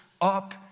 up